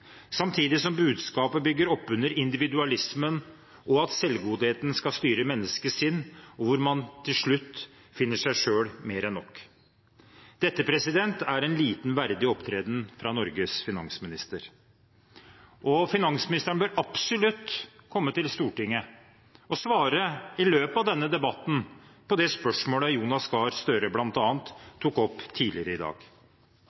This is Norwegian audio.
samtidig som budskapet bygger opp under individualismen og at selvgodheten skal styre menneskets sinn, og hvor man til slutt er seg selv mer enn nok. Dette er en lite verdig opptreden fra Norges finansminister. Finansministeren bør absolutt komme til Stortinget og svare i løpet av denne debatten på det spørsmålet Jonas Gahr Støre bl.a. tok opp tidligere i dag.